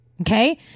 okay